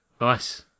Nice